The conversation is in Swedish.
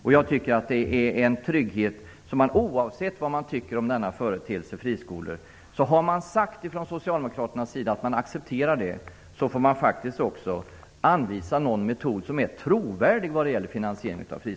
Om man från Socialdemokraternas sida har sagt att man accepterar företeelsen friskolor får man, oavsett vad man än tycker om friskolor, faktiskt också anvisa någon metod som är trovärdig vad gäller finansieringen av dem.